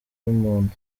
y’umuntu